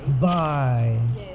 bye